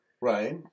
right